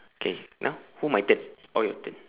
okay now who my turn oh your turn